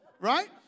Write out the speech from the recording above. Right